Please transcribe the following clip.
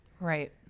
Right